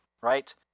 right